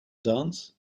dance